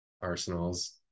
arsenals